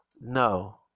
no